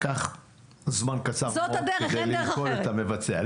לקח זמן קצר מאוד כדי ללכוד את המבצע.